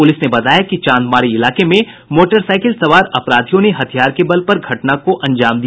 police ने बताया कि चांदमारी इलाके में मोटरसाईकिल सवार अपराधियों ने घटना को अंजाम दिया